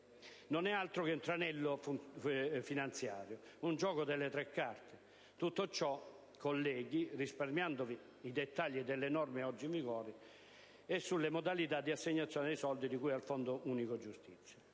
Non è altro che un tranello finanziario! Un gioco delle tre carte! Tutto ciò, colleghi, risparmiandovi i dettagli sulle norme oggi in vigore e sulle modalità di assegnazione dei soldi di cui al Fondo unico per la giustizia.